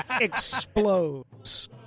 explodes